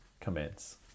commence